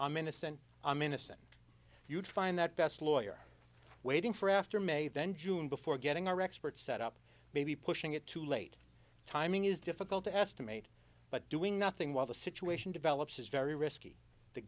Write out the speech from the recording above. i'm innocent i'm innocent you would find that best lawyer waiting for after may then june before getting our expert set up maybe pushing it too late timing is difficult to estimate but doing nothing while the situation develops is very risky the